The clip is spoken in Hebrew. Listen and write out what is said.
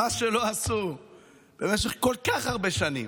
מה שלא עשו במשך כל כך הרבה שנים,